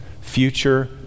future